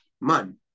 Mun